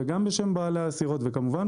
גם בשם בעלי הסירות וכמובן,